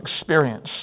experience